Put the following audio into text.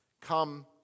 Come